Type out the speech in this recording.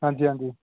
ਹਾਂਜੀ ਹਾਂਜੀ